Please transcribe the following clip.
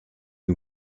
les